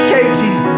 Katie